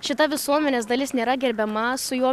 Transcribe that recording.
šita visuomenės dalis nėra gerbiama su juo